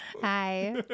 hi